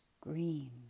green